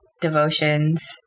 devotions